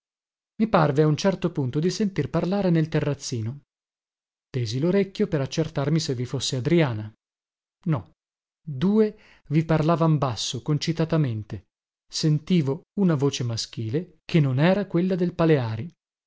i parve a un certo punto di sentir parlare nel terrazzino tesi lorecchio per accertarmi se vi fosse adriana no due vi parlavan basso concitatamente sentivo una voce maschile che non era quella del paleari